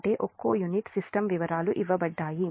అంటే ఒక్కో unit system వివరాలు ఇవ్వబడ్డాయి